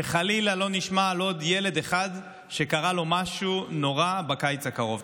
שחלילה לא נשמע על עוד ילד אחד שקרה לו משהו נורא בקיץ הקרוב.